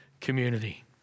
community